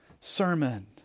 sermon